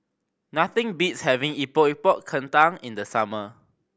nothing beats having Epok Epok Kentang in the summer